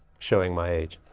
showing my age!